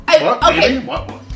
Okay